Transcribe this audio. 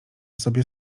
sobie